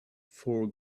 four